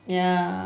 ya